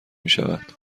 میشود